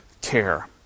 care